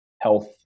health